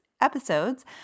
episodes